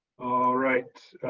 all right,